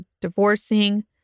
divorcing